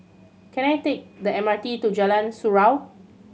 can I take the M R T to Jalan Surau